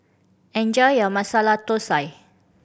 enjoy your Masala Thosai